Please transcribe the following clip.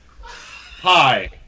Hi